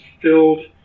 filled